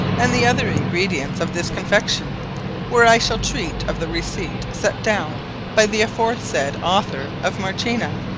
and the other ingredients of this confection where i shall treate of the receipt set downe by the aforesaid author of marchena,